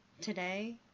Today